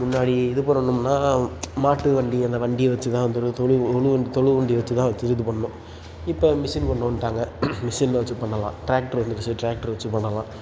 முன்னாடி இது பண்ணணும்னா மாட்டு வண்டி அந்த வண்டியை வெச்சு தான் வந்து உழுவு தொழுவு உழு வண்டி தொழு வண்டி வெச்சு தான் வெச்சு இது பண்ணோம் இப்போ மிஷின் கொண்டு வந்துட்டாங்க மிஷினில் வெச்சு பண்ணலாம் ட்ராக்டர் வந்துடுச்சு ட்ராக்டர் வெச்சு பண்ணலாம்